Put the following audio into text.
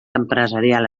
empresarial